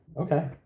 Okay